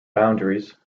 boundaries